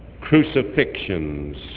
crucifixions